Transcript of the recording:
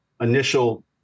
initial